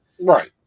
Right